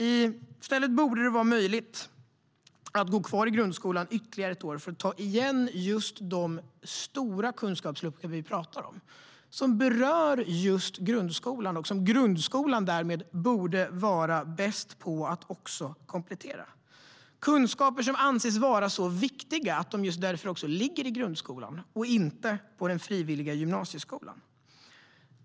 I stället borde det vara möjligt att gå kvar i grundskolan ytterligare ett år för att ta igen just de stora kunskapsluckor som vi talar om och som berör just grundskolan och som grundskolan därmed borde vara bäst på att komplettera. Det är kunskaper som anses vara så viktiga att de just därför ligger i grundskolan och inte i den frivilliga gymnasieskolan.